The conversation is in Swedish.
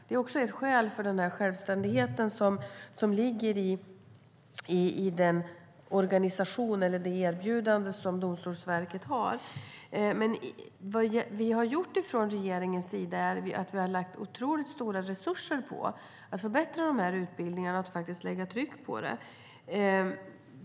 Det är också ett skäl till självständigheten som ligger i den organisation eller det erbjudande som Domstolsverket har. Men vad vi har gjort från regeringens sida är att lägga otroligt stora resurser på att förbättra de här utbildningarna och att faktiskt lägga tryck på det.